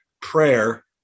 prayer